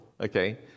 okay